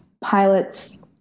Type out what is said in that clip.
pilots